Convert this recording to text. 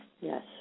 Yes